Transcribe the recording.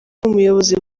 umuyobozi